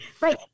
right